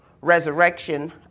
resurrection